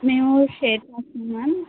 మేము షేర్ చేస్తాం మ్యామ్